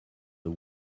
the